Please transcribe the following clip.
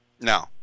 no